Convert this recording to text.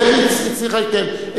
איך הצליחה להתקיים.